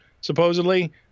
Supposedly